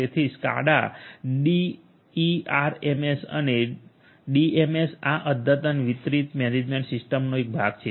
તેથી SCADA DERMS અને DMS આ અદ્યતન વિતરિત મેનેજમેન્ટ સિસ્ટમનો એક ભાગ છે